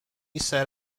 set